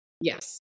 Yes